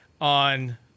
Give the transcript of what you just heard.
on